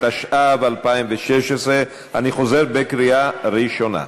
התשע"ו 2016. קריאה ראשונה,